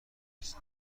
رفت